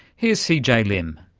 here's c. j. lim.